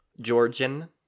georgian